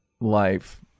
life